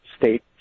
state